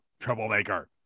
Troublemaker